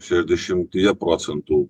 šešiasdešimtyje procentų